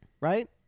right